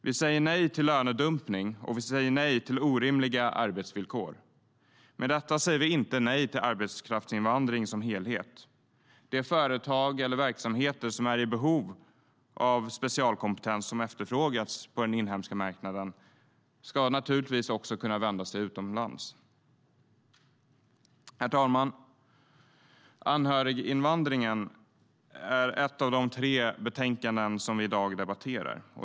Vi säger nej till lönedumpning, och vi säger nej till orimliga arbetsvillkor. Med detta säger vi inte nej till arbetskraftsinvandring som helhet. De företag eller verksamheter som är i behov av specialkompetens som efterfrågas på den inhemska marknaden ska naturligtvis kunna vända sig utomlands. Herr talman! Anhöriginvandrare behandlas i ett av de tre betänkanden vi i dag debatterar.